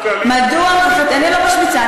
אני לא משמיצה.